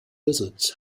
lizards